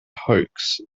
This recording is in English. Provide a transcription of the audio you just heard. hoax